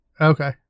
Okay